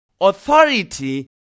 authority